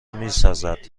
میسازد